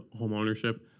homeownership